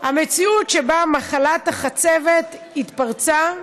המציאות שבה מחלת החצבת התפרצה,